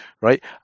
right